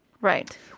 right